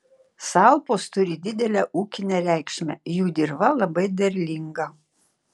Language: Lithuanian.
salpos turi didelę ūkinę reikšmę jų dirva labai derlinga